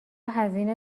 هزینه